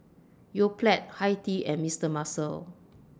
Yoplait Hi Tea and Mister Muscle